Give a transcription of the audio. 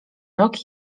rok